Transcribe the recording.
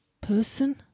person